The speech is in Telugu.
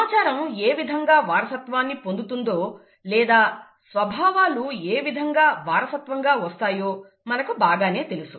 సమాచారం ఏ విధంగా వారసత్వాన్ని పొందుతుందో లేదా స్వభావాలు ఏ విధంగా వారసత్వంగా వస్తాయో మనకు బాగానే తెలుసు